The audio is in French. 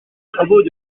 travaux